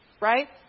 Right